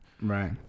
Right